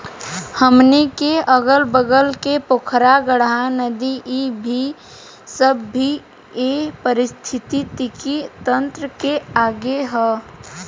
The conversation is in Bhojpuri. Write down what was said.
हमनी के अगल बगल के पोखरा, गाड़हा, नदी इ सब भी ए पारिस्थिथितिकी तंत्र के अंग ह